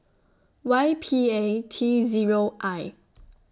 Y P A T Zero I